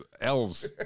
elves